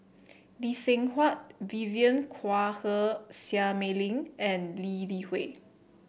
Lee Seng Huat Vivien Quahe Seah Mei Lin and Lee Li Hui